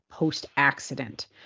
post-accident